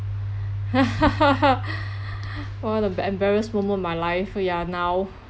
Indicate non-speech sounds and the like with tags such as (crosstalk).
(laughs) all the emba~ embarrass moment in my life we are now